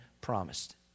promised